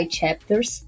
chapters